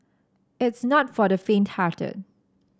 it's not for the faint hearted